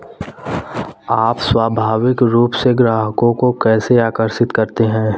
आप स्वाभाविक रूप से ग्राहकों को कैसे आकर्षित करते हैं?